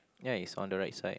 ya it's on the right side